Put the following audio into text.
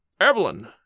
Evelyn